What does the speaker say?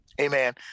Amen